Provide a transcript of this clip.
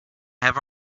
have